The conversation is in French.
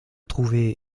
trouvée